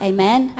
Amen